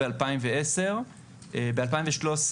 ב-2013,